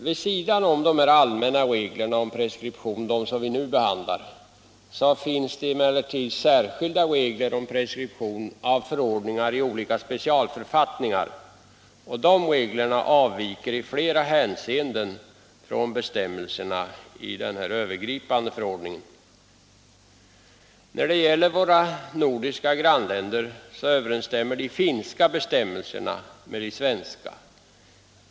Vid sidan av de allmänna reglerna om preskription som vi nu behandlar finns det emellertid särskilda regler om preskription av fordringar i olika specialförfattningar. Dessa regler avviker i flera hänseenden från bestämmelserna i den här övergripande förordningen. När det gäller våra nordiska grannländer överensstämmer de finska bestämmelserna med de svenska.